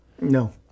no